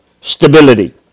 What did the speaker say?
stability